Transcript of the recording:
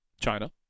China